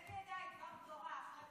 באמת נהדר, דבר תורה אחרי כל, דבר תורה.